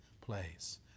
place